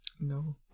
No